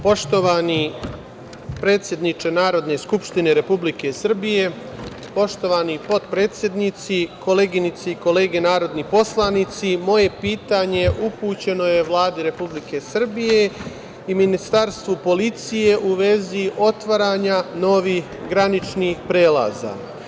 Poštovani predsedniče Narodne skupštine Republike Srbije, poštovani potpredsednici, koleginice i kolege narodni poslanici, moje pitanje upućeno je Vladi Republike Srbije i Ministarstvu policije u vezi otvaranja novih graničnih prelaza.